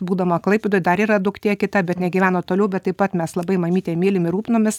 būdama klaipėdoj dar yra duktė kita bet jinai gyvena toliau bet taip pat mes labai mamytę mylim ir rūpinamės